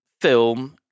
film